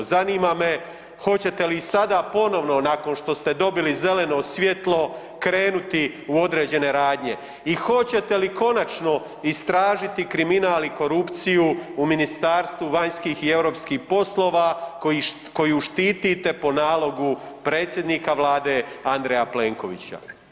Zanima me hoćete li i sada ponovno nakon što ste dobili zeleno svjetlo krenuti u određene radnje i hoćete li konačno istražiti kriminal i korupciju u Ministarstvu vanjskih i europskih poslova koju štitite po nalogu predsjednika vlade Andreja Plenkovića?